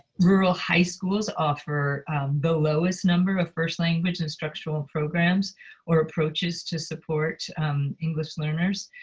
rural high schools offer the lowest number of first language instructional programs or approaches to support english learners.